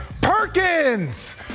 Perkins